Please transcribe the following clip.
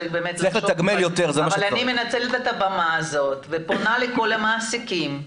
צריך באמת --- אבל אני מנצלת את הבמה הזאת ופונה לכל המעסיקים,